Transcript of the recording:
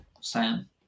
Sam